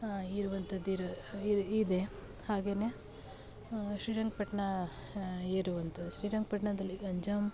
ಇರುವಂಥದ್ದು ಇರು ಇರು ಇದೆ ಹಾಗೆನೇ ಶ್ರೀರಂಗಪಟ್ಟಣ ಇರುವಂಥದ್ದು ಶ್ರೀರಂಗಪಟ್ಟಣದಲ್ಲಿ ಗಂಜಾಂ